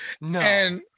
No